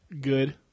good